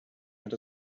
that